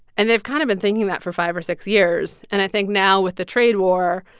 and they've kind of been thinking that for five or six years. and i think now with the trade war,